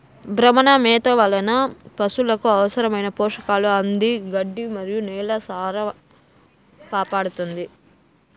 భ్రమణ మేత వలన పసులకు అవసరమైన పోషకాలు అంది గడ్డి మరియు నేల సారాన్నికాపాడుతుంది